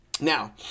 Now